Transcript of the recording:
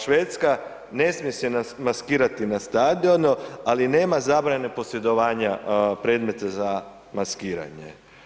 Švedska, ne smije se maskirati na stadionu, ali nema zabrane posjedovanja predmeta za maskiranje.